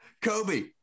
Kobe